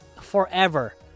forever